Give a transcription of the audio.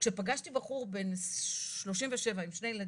כשפגשתי בחור בן 37 עם שני ילדים,